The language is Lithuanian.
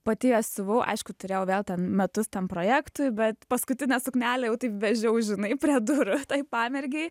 pati jas siuvau aišku turėjau vėl ten metus ten projektui bet paskutinę suknelę jau taip vežiau žinai prie durų pamergei